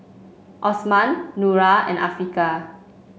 Osman Nura and Afiqah